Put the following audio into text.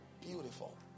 Beautiful